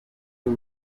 y’u